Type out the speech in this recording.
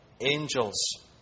angels